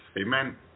amen